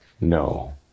No